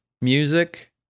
music